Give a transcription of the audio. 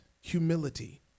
humility